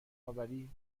آوری